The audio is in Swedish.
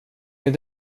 mig